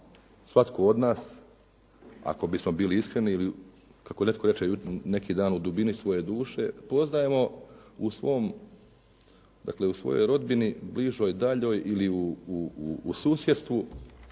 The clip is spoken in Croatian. svatko od nas ako bismo bili iskreni ili kako netko reče neki dan u dubini svoje duše poznajemo u svom, dakle u svojoj rodbini bližoj, daljoj ili u susjedstvu